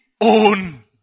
own